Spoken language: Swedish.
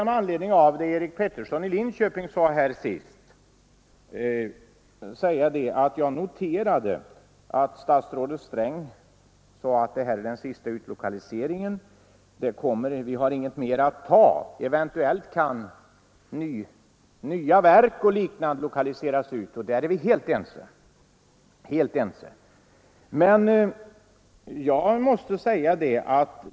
Med anledning av det herr Peterson i Linköping sade i sitt senaste inlägg noterar jag statsrådet Strängs ord att det här är den sista utlokaliseringen — vi har inget mer att ta. Eventuellt kan nya verk komma att lokaliseras ut, och på den punkten är vi helt ense.